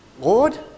Lord